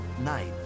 night